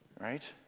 right